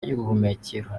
y’ubuhumekero